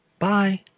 Bye